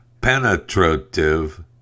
penetrative